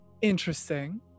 Interesting